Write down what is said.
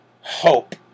hope